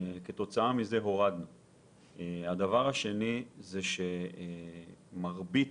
הדבר השני זה שמרבית